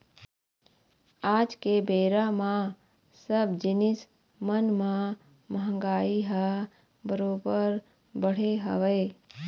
आज के बेरा म सब जिनिस मन म महगाई ह बरोबर बढ़े हवय